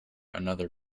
another